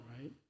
right